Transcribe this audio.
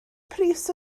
pris